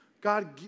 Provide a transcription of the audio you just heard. God